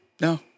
No